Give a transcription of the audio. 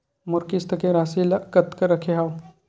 मोर किस्त के राशि ल कतका रखे हाव?